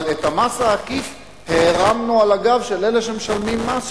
אבל את המס העקיף הערמנו על הגב של אלה שמשלמים מס,